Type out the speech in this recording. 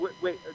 Wait